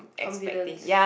confidence